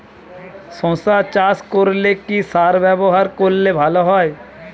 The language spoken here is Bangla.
শশা চাষ করলে কি সার ব্যবহার করলে ভালো হয়?